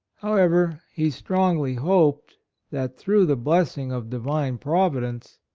however, he strongly hoped that through the blessing of divine providence,